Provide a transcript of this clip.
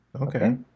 Okay